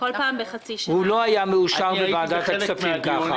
הוא לא היה מאושר בוועדת הכספים ככה.